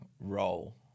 role